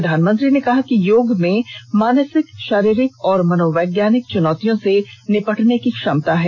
प्रधानमंत्री ने कहा कि योग में मानसिक शारीरिक और मनोवैज्ञानिक चुनौतियों से निपटने की क्षमता है